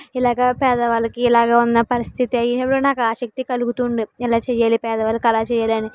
ఇలాగా పేదవాళ్ళకి ఇలాగా ఉన్న పరిస్థితి తెలియడంతో నాకు ఆశక్తి కలుగుతుం ఉండే ఇలా చేయాలి పేదవాళ్ళకు అలా చేయాలి అని